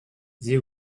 sie